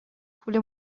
پول